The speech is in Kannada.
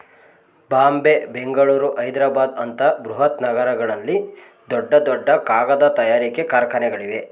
ಬಾಂಬೆ, ಬೆಂಗಳೂರು, ಹೈದ್ರಾಬಾದ್ ಅಂತ ಬೃಹತ್ ನಗರಗಳಲ್ಲಿ ದೊಡ್ಡ ದೊಡ್ಡ ಕಾಗದ ತಯಾರಿಕೆ ಕಾರ್ಖಾನೆಗಳಿವೆ